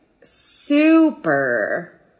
super